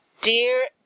Dear